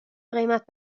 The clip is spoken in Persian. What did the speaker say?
قیمت